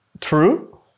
true